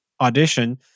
audition